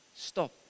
Stop